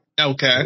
Okay